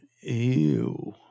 Ew